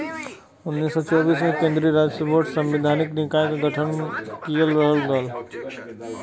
उन्नीस सौ चौबीस में केन्द्रीय राजस्व बोर्ड सांविधिक निकाय क गठन किहल गयल रहल